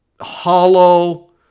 hollow